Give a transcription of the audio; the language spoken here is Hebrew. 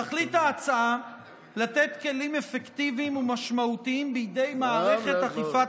תכלית ההצעה לתת כלים אפקטיביים ומשמעותיים בידי מערכת אכיפת